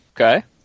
Okay